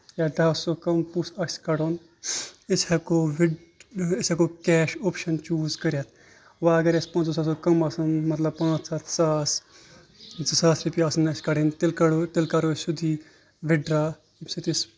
یا دَہو ساسو کَم پونٛسہِ آسہِ کَڑُن أسۍ ہٮ۪کو وِد أسۍ ہٮ۪کو کیش اوٚپشَن چوٗز کٔرِتھ وَ اگر اَسہِ پٲنٛژو ساسو کَم آسَن مطلب پانٛژھ ہَتھ ساس زٕ ساس رۄپیہِ آسَن اَسہِ کَڑٕنۍ تیٚلہِ کَڑو تیٚلہِ کَرو أسۍ سیوٚدٕے وِدڈرٛا ییٚمہِ سۭتۍ أسۍ